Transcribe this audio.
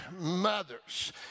mothers